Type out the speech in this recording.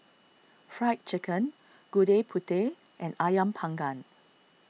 Fried Chicken Gudeg Putih and Ayam Panggang